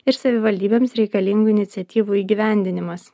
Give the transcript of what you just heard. ir savivaldybėms reikalingų iniciatyvų įgyvendinimas